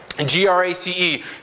G-R-A-C-E